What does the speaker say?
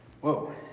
Whoa